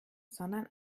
sondern